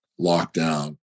lockdown